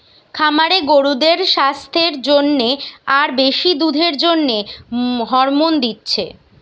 খামারে গরুদের সাস্থের জন্যে আর বেশি দুধের জন্যে হরমোন দিচ্ছে